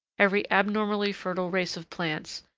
every abnormally fertile race of plants,